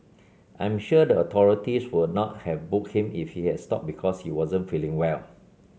I'm sure the authorities would not have booked him if he had stopped because he wasn't feeling well